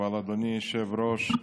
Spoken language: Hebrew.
אדוני היושב-ראש,